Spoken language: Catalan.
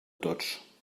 tots